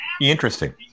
interesting